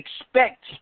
expect